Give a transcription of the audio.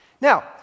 Now